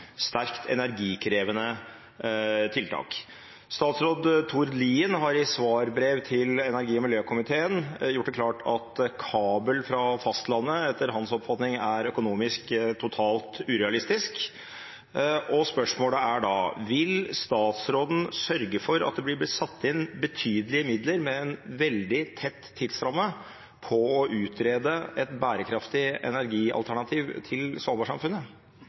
sterkt energikrevende tiltak. Statsråd Tord Lien har i svarbrev til energi- og miljøkomiteen gjort det klart at kabel fra fastlandet, etter hans oppfatning, er økonomisk totalt urealistisk. Spørsmålet er da: Vil statsråden sørge for at det vil bli lagt inn betydelige midler med en veldig tett tidsramme for å utrede et bærekraftig energialternativ til